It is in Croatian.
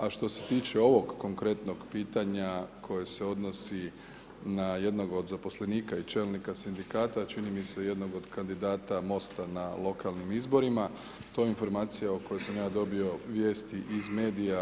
A što se tiče ovog konkretnog pitanja koje se odnosi na jednog od zaposlenika i čelnika sindikata, čini mi se jednog od kandidata MOST-a na lokalnim izborima to je informacija koju sam ja dobio vijesti iz medija.